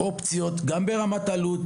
גם ברמת העלויות.